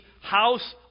house